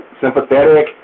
sympathetic